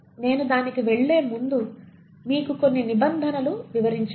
నేను దానికి వెళ్ళే ముందు మీకు కొన్ని నిబంధనలు వివరించాలి